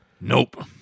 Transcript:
Nope